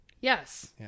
Yes